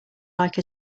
like